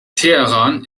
teheran